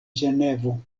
ĝenevo